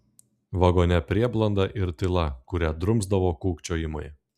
vagone prieblanda ir tyla kurią drumsdavo kūkčiojimai